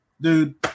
dude